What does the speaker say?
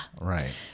Right